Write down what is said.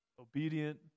obedient